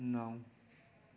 नौ